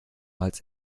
als